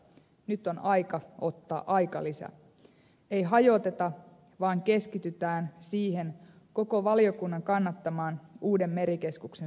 nyt on aika ottaa aikalisä ei hajoteta vaan keskitytään koko valiokunnan kannattamaan uuden merikeskuksen suunnitteluun